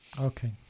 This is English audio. Okay